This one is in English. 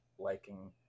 liking